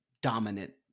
dominant